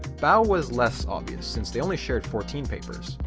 boa was less obvious since they only shared fourteen papers.